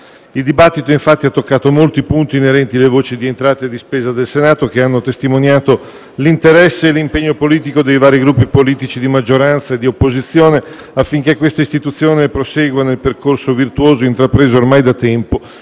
Il dibattito, infatti, ha toccato molti punti inerenti alle voci di entrata e di spesa del Senato, che hanno testimoniato l'interesse e l'impegno politico dei vari Gruppi politici di maggioranza e di opposizione, affinché questa Istituzione prosegua nel percorso virtuoso intrapreso ormai da tempo